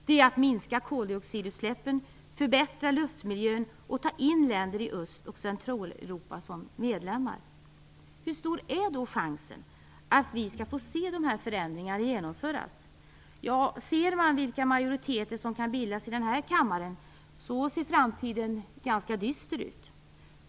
Det är att minska koldioxidutsläppen, förbättra luftmiljön och att ta in länder i Öst och Centraleuropa som medlemmar. Hur stor är då chansen att vi skall få se de här förändringarna genomföras? Ja, om man ser vilka majoriteter som kan bildas i denna kammare ser framtiden ganska dyster ut.